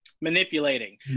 Manipulating